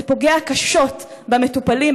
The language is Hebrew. זה פוגע קשות במטופלים,